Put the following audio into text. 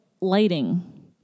lighting